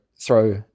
throw